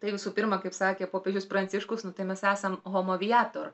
tai visų pirma kaip sakė popiežius pranciškus nu tai esam homo aviotor